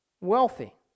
wealthy